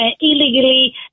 illegally